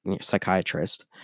psychiatrist